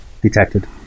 Detected